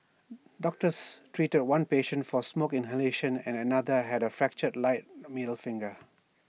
doctors treated one patient for smoke inhalation and another had A fractured right middle finger